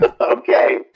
Okay